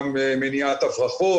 גם מניעת הברחות,